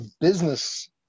business